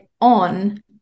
on